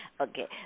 Okay